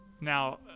Now